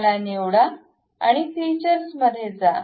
त्याला निवडा आणि फीचर्समध्ये जा